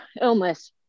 illness